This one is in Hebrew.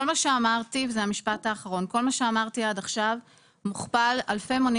כל מה שאמרתי עד עכשיו מוכפל אלפי מונים